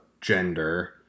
gender